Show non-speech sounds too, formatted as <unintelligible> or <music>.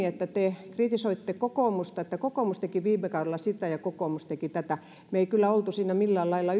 <unintelligible> että hän kritisoi kokoomusta että kokoomus teki viime kaudella sitä ja kokoomus teki tätä me emme kyllä olleet siinä millään lailla <unintelligible>